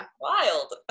Wild